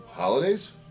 holidays